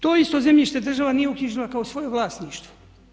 To isto zemljište država nije uknjižila kao svoj vlasništvo.